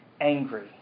angry